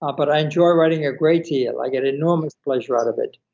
ah but i enjoy writing a great deal. i get enormous pleasure out of it.